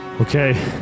Okay